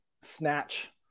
snatch